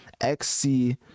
Xc